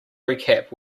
recap